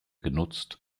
genutzt